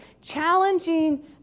challenging